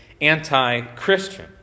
anti-Christian